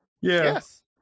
Yes